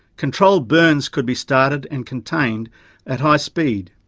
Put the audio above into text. controlled burns could be started and contained at high speed.